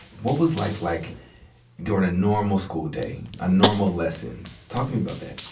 what was life like durin' a normal school day, a normal lesson? talk to me about that.